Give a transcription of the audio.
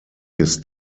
his